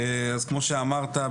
אז כמו שאמרת,